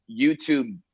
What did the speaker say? YouTube